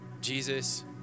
Jesus